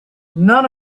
none